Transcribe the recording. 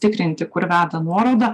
tikrinti kur veda nuoroda